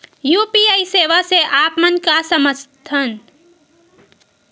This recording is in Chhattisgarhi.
यू.पी.आई सेवा से आप मन का समझ थान?